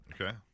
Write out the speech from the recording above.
Okay